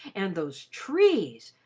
and those trees,